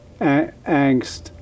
angst